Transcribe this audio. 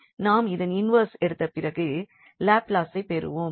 நாம் இதன் இன்வெர்ஸ் எடுத்த பிறகு லாப்லஸைப் பெறுவோம்